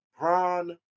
Ron